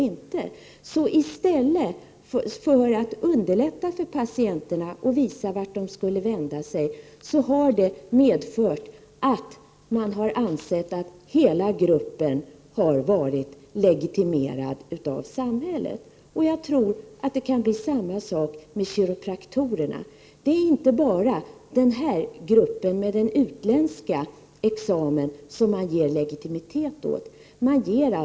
I stället för att underlätta för patienterna och visa vart de skulle vända sig har detta medfört att alla anses vara legitimerade av samhället. Jag tror att det kan bli samma sak med kiropraktorerna. Det är inte bara gruppen med den utländska examen som man ger legitimitet åt.